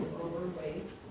overweight